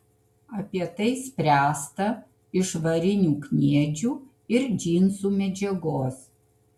apie tai spręsta iš varinių kniedžių ir džinsų medžiagos